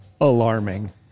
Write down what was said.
alarming